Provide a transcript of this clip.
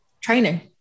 Training